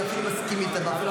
ואני אפילו מסכים איתה.